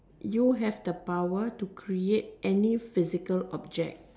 you have the power to create any physical object